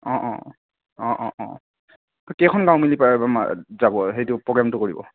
কেইখন গাঁও মিলি পাৰে বাৰু মাৰিব যাব সেইটো প্ৰগ্ৰেমটো কৰিব